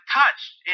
touched